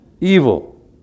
Evil